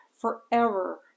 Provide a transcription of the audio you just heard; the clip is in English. forever